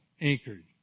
anchored